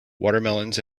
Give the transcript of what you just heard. watermelons